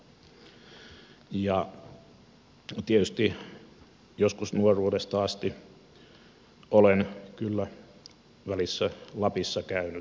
tietysti joskus nuoruudesta asti olen kyllä välistä lapissa käynyt